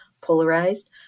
polarized